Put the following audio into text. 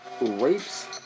rapes